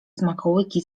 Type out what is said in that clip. smakołyki